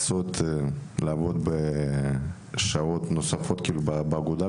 צריך לעבוד שעות נוספות באגודה,